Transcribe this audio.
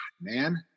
Man